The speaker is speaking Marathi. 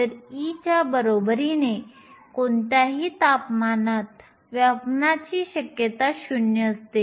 तर E च्या बरोबरीने कोणत्याही तापमानात व्यापण्याची शक्यता 0 असते